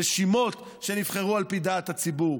רשימות שנבחרו על פי דעת הציבור.